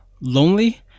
lonely